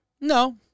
No